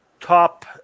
Top